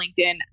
LinkedIn